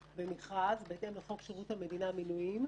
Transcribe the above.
במכרז, בהתאם לחוק שירות המדינה (מינויים),